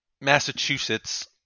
Massachusetts